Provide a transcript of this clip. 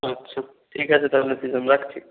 আচ্ছা ঠিক আছে তাহলে সৃজন রাখছি